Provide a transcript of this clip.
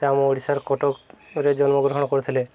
ଯେ ଆମ ଓଡ଼ିଶାର କଟକରେ ଜନ୍ମଗ୍ରହଣ କରିଥିଲେ